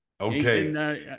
Okay